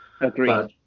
Agreed